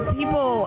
people